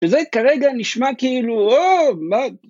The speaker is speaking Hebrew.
‫וזה כרגע נשמע כאילו, ‫אוו, מה...